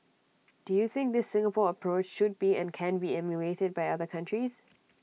do you think this Singapore approach should be and can be emulated by other countries